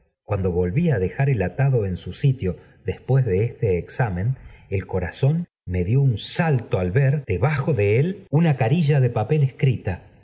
cuando volví á dejar el atado en su sitio después de este examen el corazón me dió un palto al ver debajo de él una carilla de